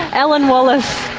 alan wallace.